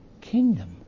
kingdom